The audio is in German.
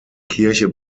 kirche